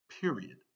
period